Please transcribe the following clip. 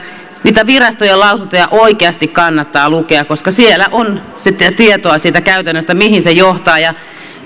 niitä virastojen lausuntoja oikeasti kannattaa lukea koska siellä on tietoa siitä käytännöstä mihin se johtaa